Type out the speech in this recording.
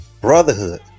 brotherhood